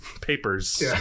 papers